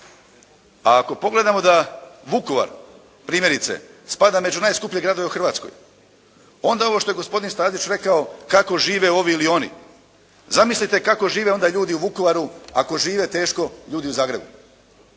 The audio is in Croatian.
A ako pogledamo da Vukovar primjerice spada među najskuplje gradove u Hrvatskoj onda ovo što je gospodin Stazić rekao kako žive ovi ili oni. Zamislite kako žive onda ljudi u Vukovaru, ako žive teško ljudi u Zagrebu.